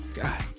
God